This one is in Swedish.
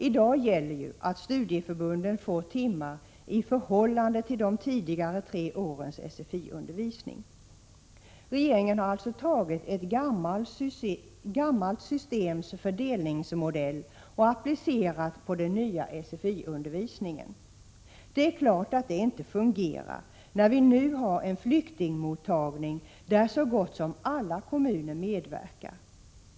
I dag gäller ju att studieförbunden får timmar i förhållande till de tidigare tre årens SFI-undervisning. Regeringen har alltså tagit ett gammalt systems fördelningsmodell och applicerat på den nya SFI-undervisningen. Det är klart att det inte fungerar, när vi nu har en flyktingmottagning där så gott som alla kommuner medverkar.